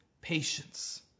Patience